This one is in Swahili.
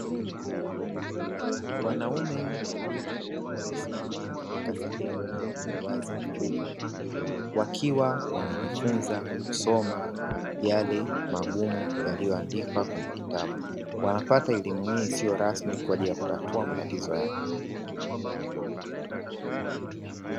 Wanaume wawili wamesimama katika sehemu yenye uwazi mkubwa wakiwa wanajifunza kusoma yale magumu yaliyoandikwa kwenye kitabu, wanapata elimu hii isiyo rasmi kwa ajili ya kutatua matatizo yako.